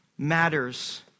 matters